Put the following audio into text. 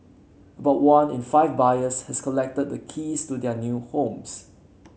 about one in five buyers has collected the keys to their new homes